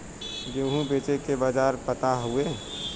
गेहूँ बेचे के बाजार पता होई?